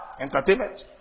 Entertainment